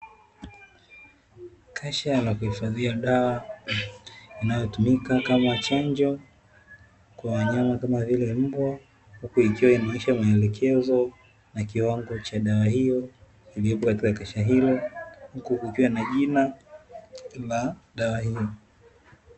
Kasha la kuhifadhia dawa inayotumika kama chanjo, kwa wanyama kama vile mbwa, huku ikiwa inaonyesha maelekezo na kiwango cha dawa hiyo iliyopo katika kasha hilo, huku kukiwa na jina la dawa hiyo.